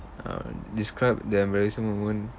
uh describe the embarrassing moment